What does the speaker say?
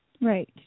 Right